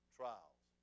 trials